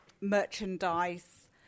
merchandise